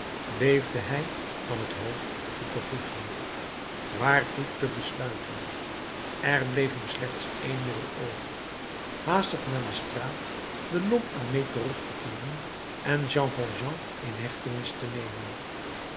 beefde hij van het hoofd tot de voeten waartoe te besluiten er bleef hem slechts één middel over haastig naar de straat de lhomme armé terug te keeren en jean valjean in hechtenis te nemen